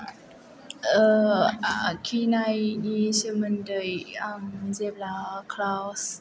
आखिनायनि सोमोन्दै आं जेब्ला क्लास